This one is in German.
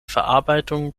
verarbeitung